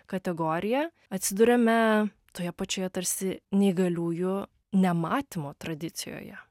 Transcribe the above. kategoriją atsiduriame toje pačioje tarsi neįgaliųjų nematymo tradicijoje